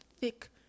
thick